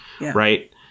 right